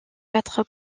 quatre